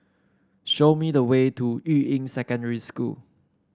show me the way to Yuying Secondary School